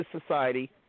Society